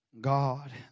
God